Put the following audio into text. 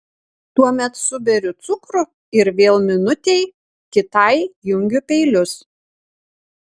tuomet suberiu cukrų ir vėl minutei kitai jungiu peilius